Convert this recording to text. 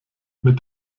mit